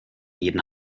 jeden